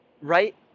right